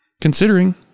Considering